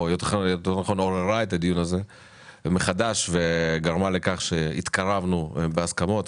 או יותר נכון עוררה את הדיון הזה מחדש וגרמה לכך שהתקרבנו בהסכמות,